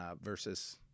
versus